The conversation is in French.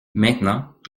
maintenant